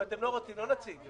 אם אתם לא רוצים, לא נציג.